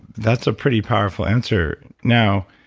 that's a pretty powerful answer. now,